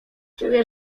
czuję